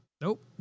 Nope